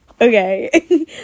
Okay